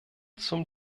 zum